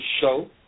show